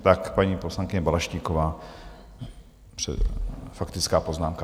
Tak paní poslankyně Balaštíková, faktická poznámka.